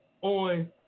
on